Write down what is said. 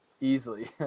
easily